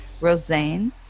Rosane